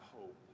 hope